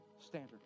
standard